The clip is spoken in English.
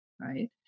right